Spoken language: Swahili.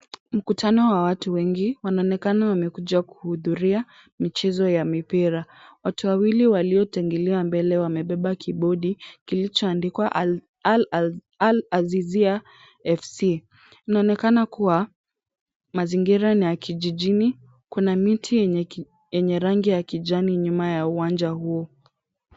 Mkutano wa watu wengi wanaonekana wamekuja kuhudhuria michezo ya mipira. Watu wawili waliotangulia mbele wamebeba kibodi kilichoandikwa Al-Azizia FC. Inaonekana kuwa mazingira ni ya kijijini, kuna miti yenye rangi ya kijani nyuma ya uwanja huo.